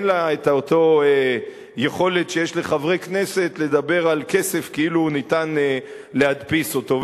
אין לה אותה יכולת שיש לחברי כנסת לדבר על כסף כאילו ניתן להדפיס אותו.